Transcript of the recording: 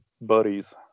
buddies